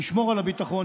נשמור על הביטחון,